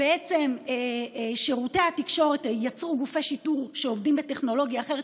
ובעצם שירותי התקשורת יצרו גופי שידור שעובדים בטכנולוגיה אחרת,